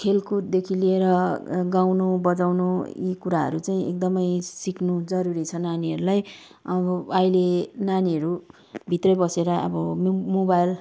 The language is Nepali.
खेलकुददेखि लिएर गाउनु बजाउनु यी कुराहरू चाहिँ एकदमै सिक्नु जरुरी छ नानीहरूलाई अब अहिले नानीहरू भित्रै बसेर अब मो मोबाइल